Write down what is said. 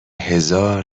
هزار